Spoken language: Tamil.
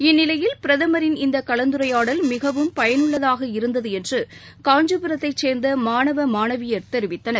இந்நிலையில் பிரதமரின் இந்த கலந்துரையாடல் மிகவும் பயனுள்ளதாக இருந்தது என்று காஞ்சிபுரத்தைச் சேர்ந்த மாணவ மாணவியர் தெரிவித்தனர்